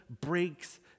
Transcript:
breaks